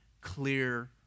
clear